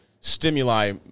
stimuli